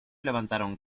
levantaron